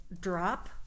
drop